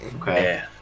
Okay